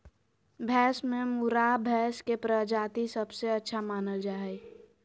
भैंस में मुर्राह भैंस के प्रजाति सबसे अच्छा मानल जा हइ